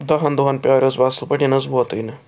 دَہَن دۄہَن پرٛاریوٚس بہٕ اَصٕل پٲٹھۍ یہِ نہٕ حظ ووتُے نہٕ